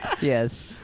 Yes